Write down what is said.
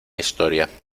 historia